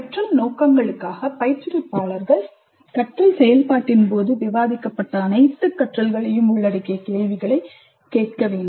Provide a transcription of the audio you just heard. கற்றல் நோக்கங்களுக்காக பயிற்றுவிப்பாளர்கள் கற்றல் செயல்பாட்டின் போது விவாதிக்கப்பட்ட அனைத்து கற்றல்களையும் உள்ளடக்கிய கேள்விகளைக் கேட்க வேண்டும்